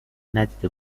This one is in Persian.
ندیده